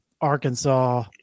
Arkansas